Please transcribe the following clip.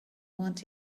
want